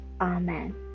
Amen